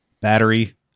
battery